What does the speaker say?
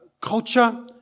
culture